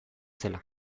zela